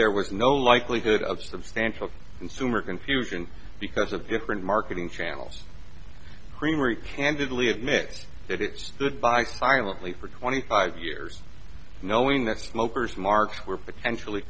there was no likelihood of substantial consumer confusion because of different marketing channels creamery candidly admit that it's goodbye tirelessly for twenty five years knowing that smokers marks were potentially